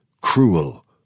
cruel